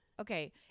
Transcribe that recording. Okay